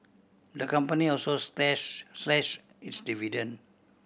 the company also slashed its dividend